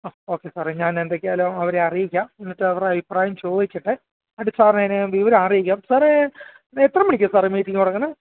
ആ ഓക്കെ സാറേ ഞാൻ എന്തൊക്കെയായാലും അവരെ അറിയിക്കാം എന്നിട്ട് അവരുടെ അഭിപ്രായം ചോദിക്കട്ടെ അതു സാറിനെ ഞാൻ വിവരം അറിയിക്കാം സാറേ എത്ര മണിക്കാണ് സാറെ മീറ്റിംഗ് തുടങ്ങുന്നത്